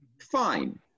fine